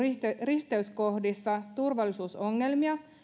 risteyskohdissa turvallisuusongelmia